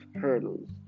hurdles